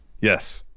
yes